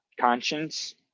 Conscience